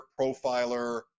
profiler